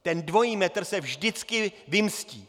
Ten dvojí metr se vždycky vymstí.